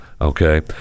Okay